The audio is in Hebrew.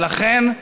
ולכן,